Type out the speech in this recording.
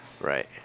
Right